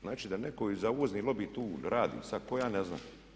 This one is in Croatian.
Znači da netko i za uvozni lobi tu radi, sad tko ja ne znam.